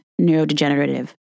neurodegenerative